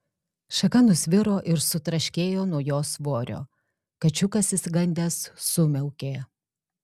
šaka nusviro ir sutraškėjo nuo jo svorio kačiukas išsigandęs sumiaukė